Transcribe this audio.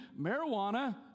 marijuana